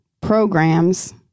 programs